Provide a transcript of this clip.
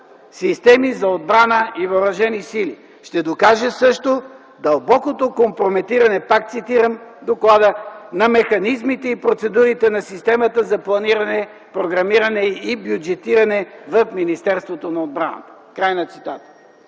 системи за отбрана и въоръжени сили”. Ще докаже също дълбокото компрометиране „на механизмите и процедурите на системата за планиране, програмиране и бюджетиране в Министерството на отбраната”. Препоръчваме